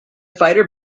fighter